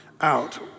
out